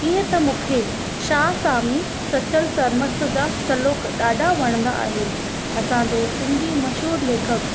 ईअं त मूंखे शाह सामी सचल सर्मस जा श्लोक ॾाढा वणंदा आहिनि असांजो सिंधी मशहूरु लेखकु